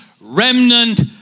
remnant